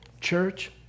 Church